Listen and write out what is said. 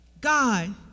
God